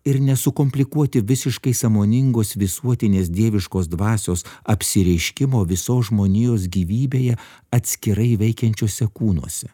ir nesukomplikuoti visiškai sąmoningos visuotinės dieviškos dvasios apsireiškimo visos žmonijos gyvybėje atskirai veikiančiose kūnuose